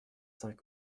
cinq